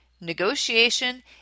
negotiation